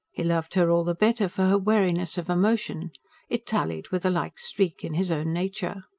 he loved her all the better for her wariness of emotion it tallied with a like streak in his own nature.